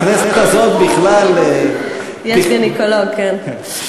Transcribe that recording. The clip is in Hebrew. בכנסת הזאת בכלל, יש גינקולוג, כן.